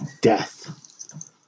Death